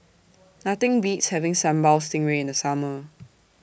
Nothing Beats having Sambal Stingray in The Summer